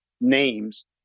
names